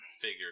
figure